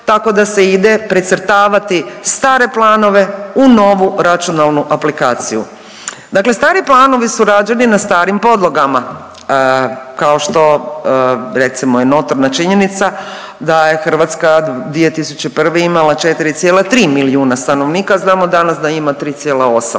tako da se ide precrtavati stare planove u novu računalnu aplikaciju. Dakle, stari planovi su rađeni na starim podlogama kao što recimo je notorna činjenica da je Hrvatska 2001. imala 4,3 milijuna stanovnika. Znamo danas da ima 3,8.